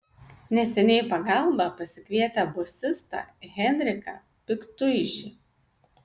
neseniai į pagalbą pasikvietę bosistą henriką piktuižį